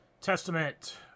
Testament